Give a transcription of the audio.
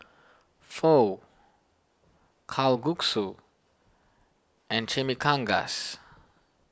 Pho Kalguksu and Chimichangas